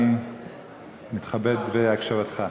אני מתכבד בהקשבתך,